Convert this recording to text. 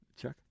Chuck